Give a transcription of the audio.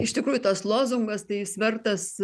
iš tikrųjų tas lozungas tai jis vertas